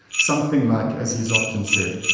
something like, as he's often said,